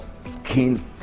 skin